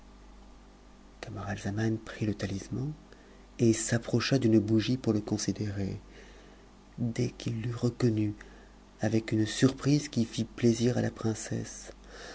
camaralzaman prit le talisman et s'approcha d'une bougie pour le considérer dès qu'il l'eut reconnu avec une surprise qui fit plaisir à b princesse